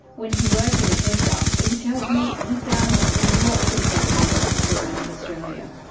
when he worked as a tester, um he tells me he found lots of meth in houses around australia.